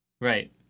right